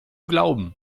glauben